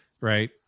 right